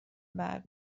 بعد